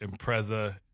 Impreza